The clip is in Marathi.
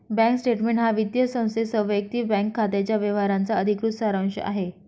बँक स्टेटमेंट हा वित्तीय संस्थेसह वैयक्तिक बँक खात्याच्या व्यवहारांचा अधिकृत सारांश आहे